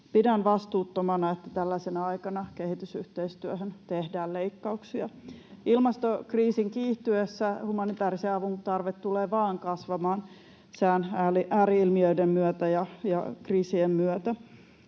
Pidän vastuuttomana, että tällaisena aikana kehitysyhteistyöhön tehdään leikkauksia. Ilmastokriisin kiihtyessä humanitäärisen avun tarve tulee vain kasvamaan sään ääri-ilmiöiden myötä ja kriisien myötä.